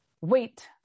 wait